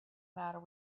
matter